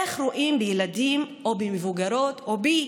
איך רואים בילדים או במבוגרות או בי